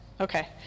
Okay